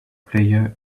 player